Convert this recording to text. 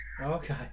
Okay